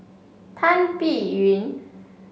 Tan Biyun